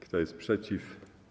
Kto jest przeciw?